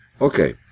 Okay